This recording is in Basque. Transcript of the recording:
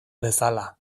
bezala